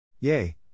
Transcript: Yay